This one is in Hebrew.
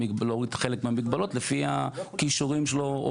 להוריד חלק מהמגבלות לפי הכישורים שלו.